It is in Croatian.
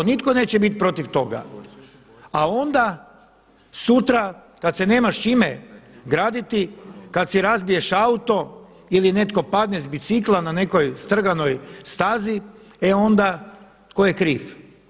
Nitko neće bit protiv toga, a onda sutra kad se nema s čime graditi, kad si razbiješ auto ili netko padne s bicikla na nekoj strganoj stazi e onda tko je kriv.